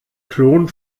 klon